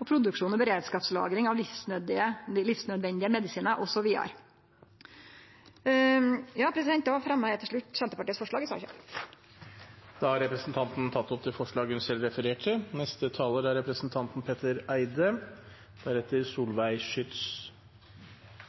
og produksjon og beredskapslagring av livsnødvendige medisinar osv. Til slutt tek eg opp Senterpartiets forslag i saka. Da har representanten Jenny Klinge tatt opp det forslaget hun refererte til. Vi behandler i dag en veldig stor og omfattende melding. Det er